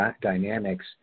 dynamics